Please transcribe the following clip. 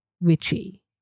witchy